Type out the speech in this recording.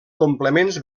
complements